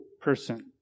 person